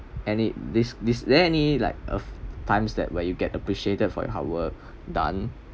any this this is there any like uh times that where you get appreciated for your hard work done